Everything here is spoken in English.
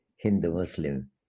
Hindu-Muslim